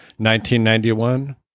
1991